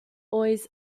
always